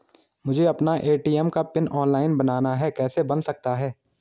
मुझे अपना ए.टी.एम का पिन ऑनलाइन बनाना है कैसे बन सकता है?